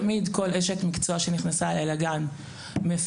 תמיד כל אשת מקצוע שנכנסה אליי לגן - מפקחת,